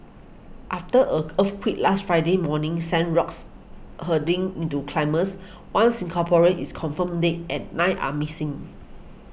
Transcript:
after a earthquake last Friday morning sent rocks hurtling into climbers one Singaporean is confirmed dead and nine are missing